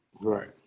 right